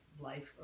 life